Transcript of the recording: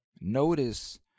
notice